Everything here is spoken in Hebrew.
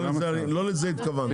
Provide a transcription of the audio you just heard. לא לזה התכוונו.